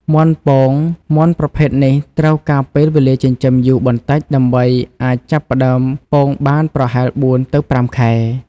មាន់ពង មាន់ប្រភេទនេះត្រូវការពេលវេលាចិញ្ចឹមយូរបន្តិចដើម្បីអាចចាប់ផ្តើមពងបាន ប្រហែល ៤ ទៅ ៥ ខែ។